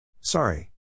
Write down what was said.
Sorry